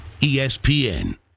ESPN